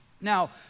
Now